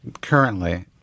currently